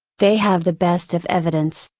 they have the best of evidence,